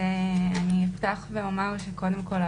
אפתח ואומר שקודם כל,